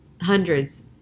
hundreds